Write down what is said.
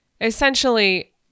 essentially